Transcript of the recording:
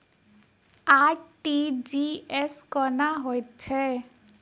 RTGS कोना होइत छै?